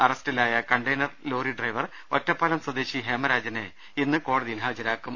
അറസ്റ്റിലായ container lorry driver Ottapalam സ്വദേശി ഹേമരാജനെ ഇന്ന് കോടതിയിൽ ഹാജരാക്കും